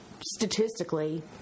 statistically